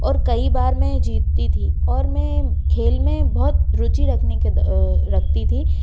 और कई बार मैं जीतती थी और मैं खेल में बहुत रुचि रखने के रखती थी